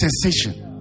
sensation